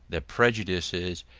the prejudices,